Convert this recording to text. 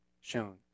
shown